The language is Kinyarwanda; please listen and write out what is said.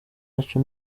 yacu